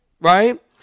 right